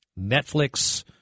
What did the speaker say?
Netflix